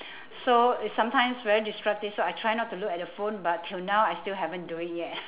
so it's sometimes very disruptive so I try not to look at the phone but till now I still haven't do it yet